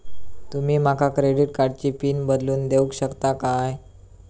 तुमी माका क्रेडिट कार्डची पिन बदलून देऊक शकता काय?